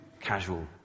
casual